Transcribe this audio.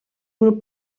grup